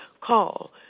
Call